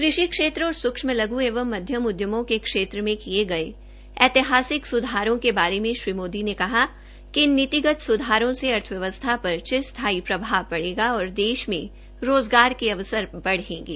कृषि क्षेत्र और सूक्ष्म एवं मध्यम उद्यमों के क्षेत्र मे किये गये ऐतिहासिक स्धारों के बारे में श्री मोदी ने कहा कि इन नीतिगत सुधारों से अर्थव्यवस्था पर चिरस्थायी प्रभाव पड़ेगा और देश में रोज़गार के अवसर बढ़ेंगे